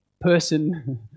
person